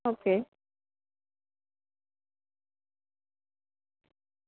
okay